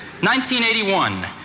1981